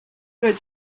good